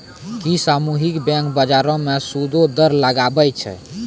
कि सामुहिक बैंक, बजारो पे सूदो दर लगाबै छै?